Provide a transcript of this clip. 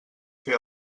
fer